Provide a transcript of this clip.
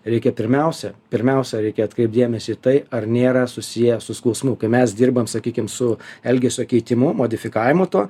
reikia pirmiausia pirmiausia reikia atkreipt dėmesį į tai ar nėra susiję su skausmu kai mes dirbam sakykim su elgesio keitimu modifikavimu tuo